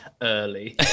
early